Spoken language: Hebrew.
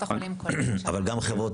אבל לחברות